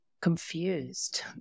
confused